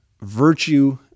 virtue